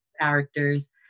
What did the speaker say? characters